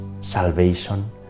salvation